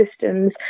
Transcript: systems